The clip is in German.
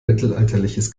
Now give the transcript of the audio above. mittelalterliches